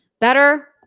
better